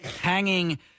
hanging